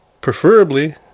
preferably